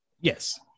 yes